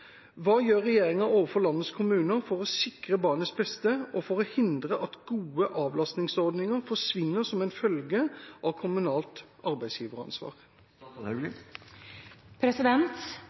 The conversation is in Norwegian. Hva gjør regjeringa overfor landets kommuner for å sikre barnets beste og for å hindre at gode avlastningsordninger forsvinner som en følge av kommunalt arbeidsgiveransvar?»